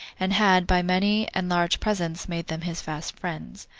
and had, by many and large presents, made them his fast friends.